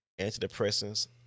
antidepressants